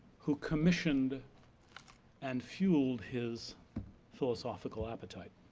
who commissioned and fueled his philosophical appetite.